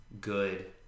good